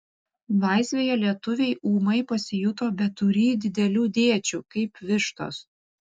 laisvėje lietuviai ūmai pasijuto beturį didelių dėčių kaip vištos